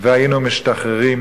והיינו משתחררים